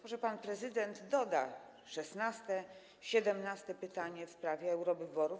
Może pan prezydent doda szesnaste, siedemnaste pytanie w sprawie eurowyborów?